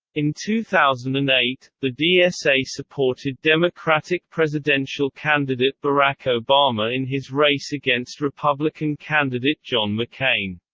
in two thousand and eight, the dsa supported democratic presidential candidate barack obama in his race against republican candidate john mccain.